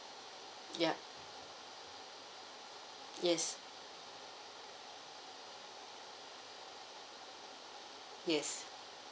yup yes yes